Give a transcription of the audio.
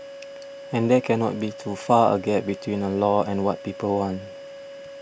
and there cannot be too far a gap between a law and what people want